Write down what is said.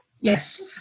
Yes